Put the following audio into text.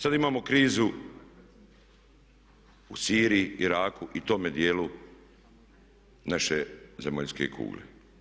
Sad imamo krizu u Siriji, Iraku i tome dijelu naše zemaljske kugle.